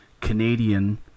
Canadian